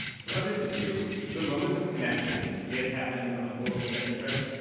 for others of you, the moments of connection may have happened on a global study trip,